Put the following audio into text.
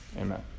Amen